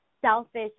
selfish